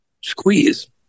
squeeze